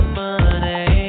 money